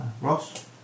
Ross